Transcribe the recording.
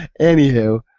any who,